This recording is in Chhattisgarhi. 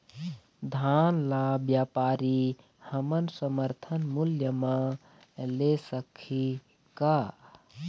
धान ला व्यापारी हमन समर्थन मूल्य म ले सकही का?